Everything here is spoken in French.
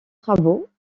travaux